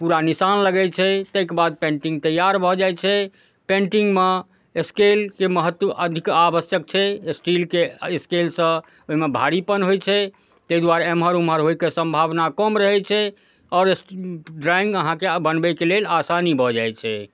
पूरा निशान लगै छै तैके बाद पेंटिंग तैयार भऽ जाइ छै पेंटिंगमे स्केलके महत्त्व अधिक आवश्यक छै स्टीलके स्केलसँ ओइमे भारीपन होइ छै तै दुआरे एमहर ओमहर होइके सम्भावना कम रहै छै आओर से ड्रॉइंग अहाँके बनबैके लेल आसानी भऽ जाइ छै